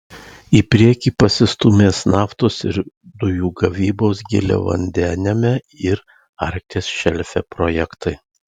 į priekį pasistūmės naftos ir dujų gavybos giliavandeniame ir arkties šelfe projektai